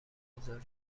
لطفا